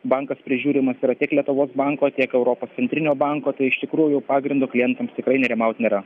bankas prižiūrimas yra tiek lietuvos banko tiek europos centrinio banko tai iš tikrųjų pagrindo klientams tikrai nerimaut nėra